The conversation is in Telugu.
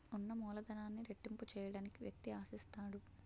ఉన్న మూలధనాన్ని రెట్టింపు చేయడానికి వ్యక్తి ఆశిస్తాడు